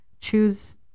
choose